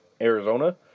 Arizona